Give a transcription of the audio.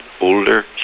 older